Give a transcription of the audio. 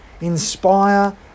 inspire